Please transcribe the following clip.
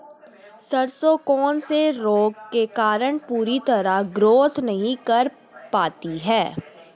सरसों कौन से रोग के कारण पूरी तरह ग्रोथ नहीं कर पाती है?